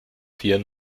vier